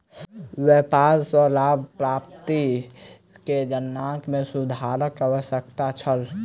व्यापार सॅ लाभ प्राप्ति के गणना में सुधारक आवश्यकता छल